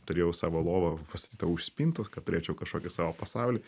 turėjau savo lovą pastatytą už spintos kad turėčiau kažkokį savo pasaulį